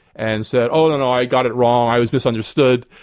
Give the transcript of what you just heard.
and said, oh, no, no, i got it wrong, i was misunderstood.